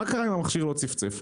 ומה אם המכשיר לא צפצף?